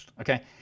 okay